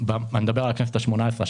אני מדבר על הכנסת ה-17 וה-18.